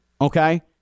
okay